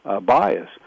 bias